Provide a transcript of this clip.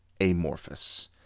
amorphous